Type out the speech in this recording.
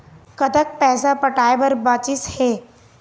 कतक पैसा पटाए बर बचीस हे?